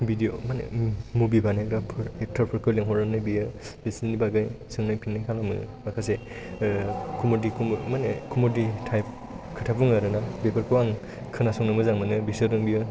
video माने movie बानायग्राफोर actor फोरखौ लिंहरनानै बियो बिसोरनि बागै सोंनाय फिननाय खालामो माखासे कमेडि माने कमेडि टाइप खोथा बुङो आरोना बेफोरखौ आं खोनासंनो मोजां मोनो बिसोरजों बियो